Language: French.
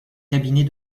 cabinet